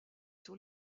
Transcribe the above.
sur